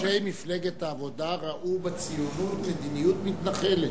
ראשי מפלגת העבודה ראו בציונות מדיניות מתנחלת,